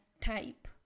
type